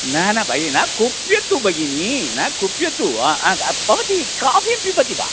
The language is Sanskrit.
न न बै न कुप्यतु भगिनि न कुप्यतु आ आ हा भवती काफ़ीं पिबति वा